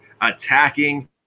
attacking